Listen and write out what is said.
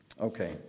Okay